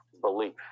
belief